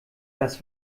das